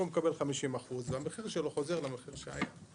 מקבל 50% אז המחיר שלו חוזר למה שהיה.